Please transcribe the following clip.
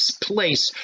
place